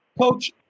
Coach